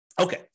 Okay